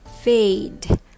fade